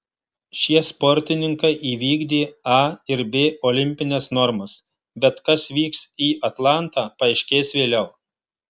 šie sportininkai įvykdė a ir b olimpines normas bet kas vyks į atlantą paaiškės vėliau